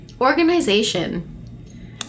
organization